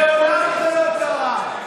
מעולם זה לא קרה.